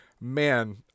man